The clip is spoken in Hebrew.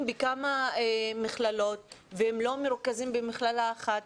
בכמה מכללות והם לא מרוכזים במכללה אחת.